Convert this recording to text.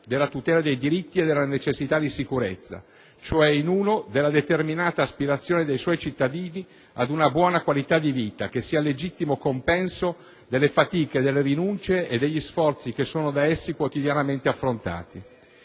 della tutela dei diritti e della necessità di sicurezza, cioè - in uno - della determinata aspirazione dei suoi cittadini ad una buona qualità di vita, che sia legittimo compenso delle fatiche, delle rinunce e degli sforzi che sono da essi quotidianamente affrontati;